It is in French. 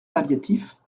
palliatifs